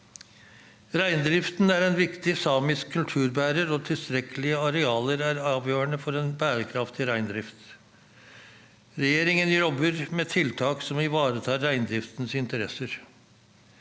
Reindriften er en viktig samisk kulturbærer, og tilstrekkelige arealer er avgjørende for en bærekraftig reindrift. Regjeringen jobber med tiltak som ivaretar reindriftens interesser.